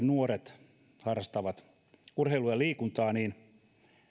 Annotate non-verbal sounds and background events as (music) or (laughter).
(unintelligible) nuoret harrastavat urheilua ja liikuntaa niin